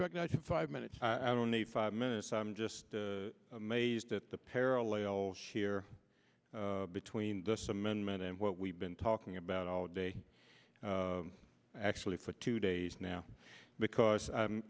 recognized in five minutes i don't need five minutes i'm just amazed at the parallels here between this amendment and what we've been talking about all day actually for two days now because